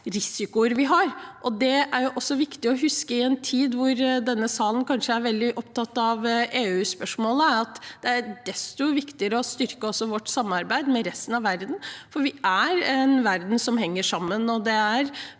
risikoer vi har. Det er også viktig å huske, i en tid hvor denne salen kanskje er veldig opptatt av EU-spørsmålet, at det er desto viktigere å styrke vårt samarbeid med resten av verden, for vi er en verden som henger sammen. Det er